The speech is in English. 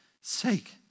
sake